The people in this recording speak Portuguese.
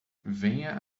venha